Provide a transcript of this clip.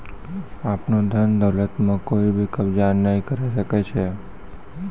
आपनो धन दौलत म कोइ भी कब्ज़ा नाय करै सकै छै